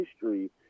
history